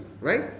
right